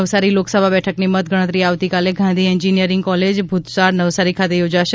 નવસારી લોકસભા બેઠકની મતગણતરી આવતીકાલે ગાંધી એન્જિનિયરિંગ કોલેજ ભૂતસાડ નવસારી ખાતે યોજાશે